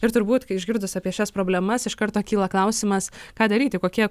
ir turbūt kai išgirdus apie šias problemas iš karto kyla klausimas ką daryti kokie